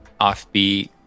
Offbeat